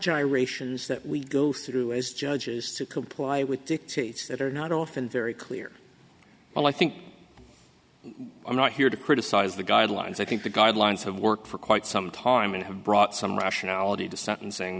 gyrations that we go through as judges to comply with dictates that are not often very clear well i think i'm not here to criticize the guidelines i think the guidelines have worked for quite some time and have brought some rationality to sentencing